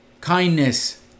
kindness